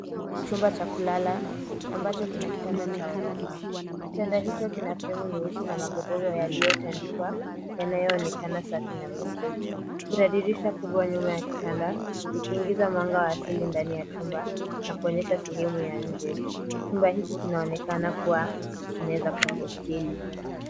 Chumba cha kulala ambacho kina kitanda cha orofa kitanda hicho kina fremu nyeusi na magodoro yaliyotandikwa yanayoonekana safi na meupe kuna dirisha kubwa nyuma ya kitanda ikiingiza mwanga wa asili ndani ya chumba na kuonyesha sehemu ya nje chumba hiki kinaonekana kuwa kinaweza kuwa hosteli